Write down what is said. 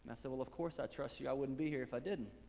and i said, well of course i trust you, i wouldn't be here if i didn't.